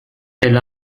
elle